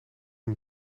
een